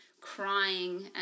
crying